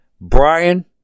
Brian